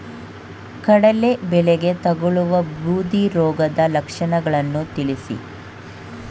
ಕಡಲೆ ಬೆಳೆಗೆ ತಗಲುವ ಬೂದಿ ರೋಗದ ಲಕ್ಷಣಗಳನ್ನು ತಿಳಿಸಿ?